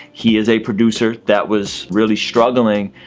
he is a producer that was really struggling,